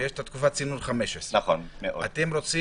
יש תקופת צינון 15. אתם רוצים